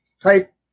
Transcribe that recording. type